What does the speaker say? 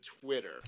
Twitter